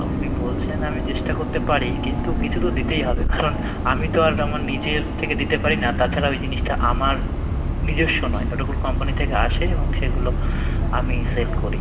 আপনি বলছেন আমি চেষ্টা করতে পারি কিন্তু কিছু তো দিতেই হবে কারণ আমি তো আর আমার নিজের থেকে দিতে পারি না তাছাড়া ওই জিনিসটা আমার নিজস্ব নয় ওগুলো কোম্পানি থেকে আসে এবং সেগুলো আমি সেল করি